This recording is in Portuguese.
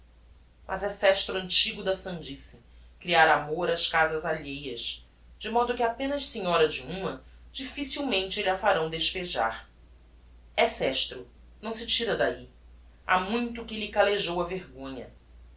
mas é sestro antigo da sandice criar amor ás casas alheias de modo que apenas senhora de uma difficilmente lh'a farão despejar é sestro não se tira dahi ha muito que lhe callejou a vergonha